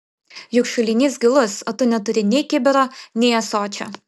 juk šulinys gilus o tu neturi nei kibiro nei ąsočio